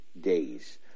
days